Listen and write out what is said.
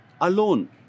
alone